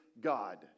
God